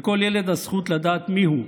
לכל ילד הזכות לדעת מיהו,